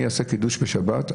אני אעשה קידוש בשבת,